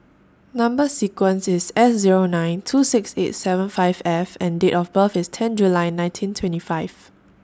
Number sequence IS S Zero nine two six eight seven five F and Date of birth IS ten July nineteen twenty five